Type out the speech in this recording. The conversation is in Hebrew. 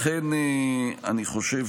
לכן, אני חושב